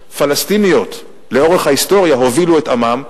פלסטיניות לאורך ההיסטוריה הובילו אליהם את עמן,